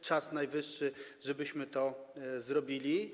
Czas najwyższy, żebyśmy to zrobili.